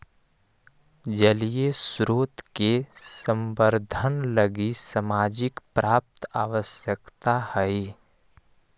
जलीय स्रोत के संवर्धन लगी सामाजिक प्रयास आवश्कता हई